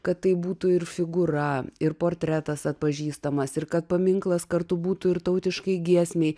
kad tai būtų ir figūra ir portretas atpažįstamas ir kad paminklas kartu būtų ir tautiškai giesmei